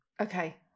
Okay